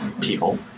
people